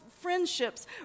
friendships